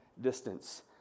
distance